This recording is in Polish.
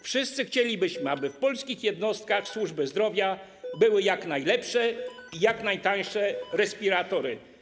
Wszyscy chcielibyśmy, aby w polskich jednostkach służby zdrowia były jak najlepsze i jak najtańsze respiratory.